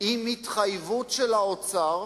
עם התחייבות של האוצר